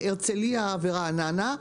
הרצלייה ורעננה,